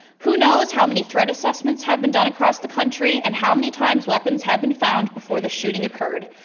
who knows how many threat assessments have been done across the country and how many times weapons have been found before the shooting occurred.